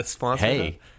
Hey